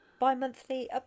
bi-monthly